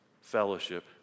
fellowship